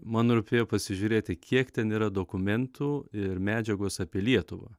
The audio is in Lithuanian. man rūpėjo pasižiūrėti kiek ten yra dokumentų ir medžiagos apie lietuvą